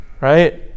Right